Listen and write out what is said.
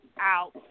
out